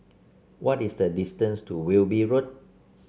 what is the distance to Wilby Road